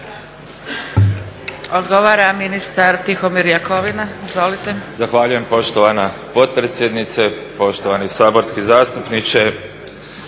**Jakovina, Tihomir (SDP)** Zahvaljujem poštovana potpredsjednice, poštovani saborski zastupniče,